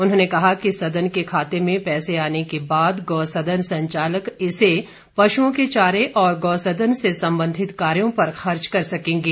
उन्होंने कहा कि सदन के खाते में पैसे आने के बाद गौसदन संचालक इसे पशुओं के चारे और गौसदन से संबंधित कार्यों पर खर्च कर सकेंगे